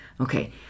Okay